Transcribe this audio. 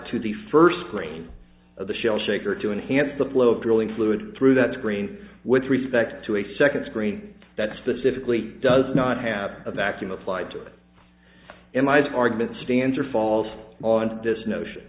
to the first grain of the shell shaker to enhance the flow of drilling fluid through that screen with respect to a second screen that specifically does not have a vacuum applied to it and my department stands or falls on this notion